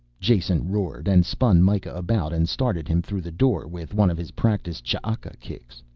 jason roared, and spun mikah about and started him through the door with one of his practiced ch'aka kicks.